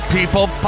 People